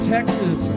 Texas